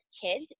kids